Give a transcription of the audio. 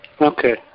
okay